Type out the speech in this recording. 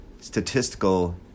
statistical